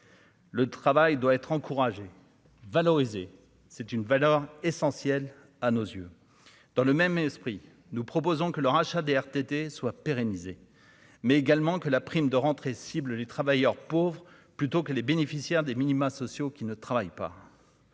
Le travail doit être encouragé, valorisé, c'est une valeur essentielle à nos yeux, dans le même esprit, nous proposons que le rachat des RTT soit pérennisé, mais également que la prime de rentrée cible : les travailleurs pauvres plutôt que les bénéficiaires des minima sociaux qui ne travaille pas.